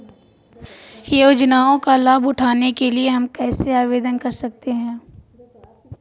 योजनाओं का लाभ उठाने के लिए हम कैसे आवेदन कर सकते हैं?